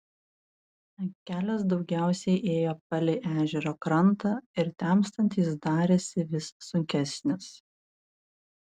kelias daugiausiai ėjo palei ežero krantą ir temstant jis darėsi vis sunkesnis